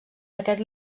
aquest